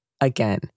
Again